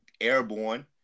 airborne